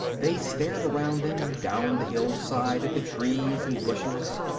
they stared around them, down the hillside at the trees and bushes,